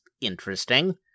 interesting